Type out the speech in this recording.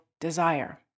desire